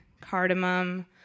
cardamom